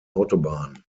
autobahn